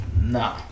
Nah